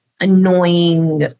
annoying